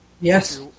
Yes